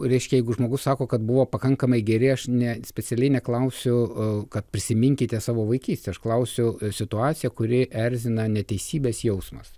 reiškia jeigu žmogus sako kad buvo pakankamai geri aš ne specialiai neklausiu kad prisiminkite savo vaikystę aš klausiu situaciją kuri erzina neteisybės jausmas